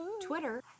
Twitter